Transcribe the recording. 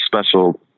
special